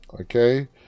okay